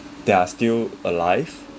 they are still alive